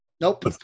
Nope